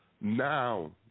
now